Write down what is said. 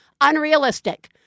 unrealistic